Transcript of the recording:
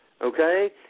okay